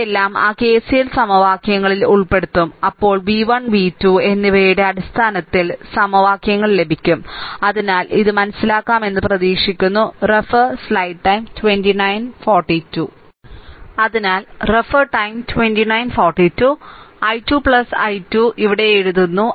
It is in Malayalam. ഇവയെല്ലാം ആ KCL സമവാക്യങ്ങളിൽ ഉൾപ്പെടുത്തും അപ്പോൾ v 1 v 2 എന്നിവയുടെ അടിസ്ഥാനത്തിൽ സമവാക്യങ്ങൾ ലഭിക്കും അതിനാൽ ഇത് മനസ്സിലാക്കാമെന്ന് പ്രതീക്ഷിക്കുന്നു അതിനാൽ i 2 i 2 ഇവിടെ എഴുതുന്നു